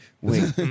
Wait